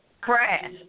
crash